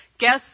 Guests